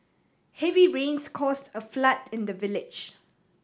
heavy rains caused a flood in the village